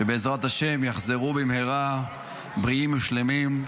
שבעזרת השם יחזרו במהרה בריאים ושלמים.